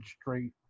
straight